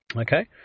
okay